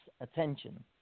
attention